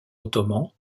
ottoman